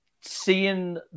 seeing